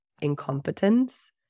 incompetence